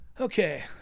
Okay